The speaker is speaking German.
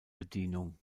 bedienung